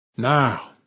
Now